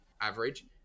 average